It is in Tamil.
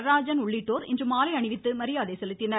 நடராஜன் உள்ளிட்டோர் மாலை அணிவித்து மரியாதை செலுத்தினர்